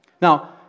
Now